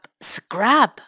scrub